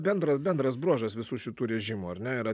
bendras bendras bruožas visų šitų režimų ar ne yra